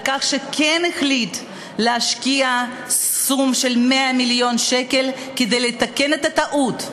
על כך שכן החליט להשקיע סכום של 100 מיליון שקל כדי לתקן את הטעות.